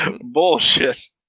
bullshit